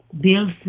Bill's